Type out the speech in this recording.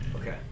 Okay